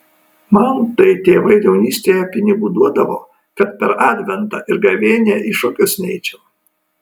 man tai tėvai jaunystėje pinigų duodavo kad per adventą ir gavėnią į šokius neičiau